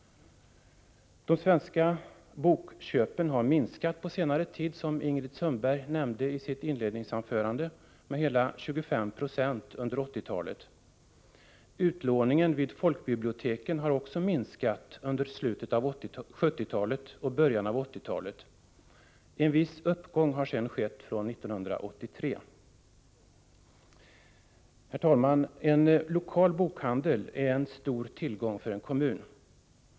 De svenska bokköpen har minskat på senare tid — med, som även Ingrid Sundberg sade i sitt inledningsanförande, hela 25 Yo. under 1980-talet. Utlåningen vid folkbiblioteken har också minskat under slutet av 1970-talet och början av 1980-talet. En viss uppgång har sedan skett från 1983. Herr talman! En lokal bokhandel är en stor tillgång för en kommun.